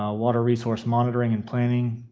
ah water resource monitoring and planning,